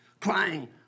crying